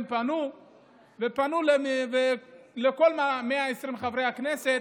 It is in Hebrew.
או לכל 120 חברי הכנסת.